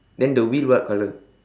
then the wheel what colour